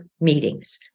meetings